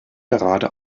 gerade